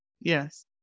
Yes